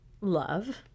Love